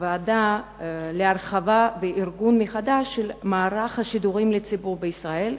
הוועדה להרחבה וארגון מחדש של מערך השידורים לציבור בישראל,